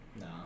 No